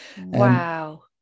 wow